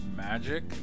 magic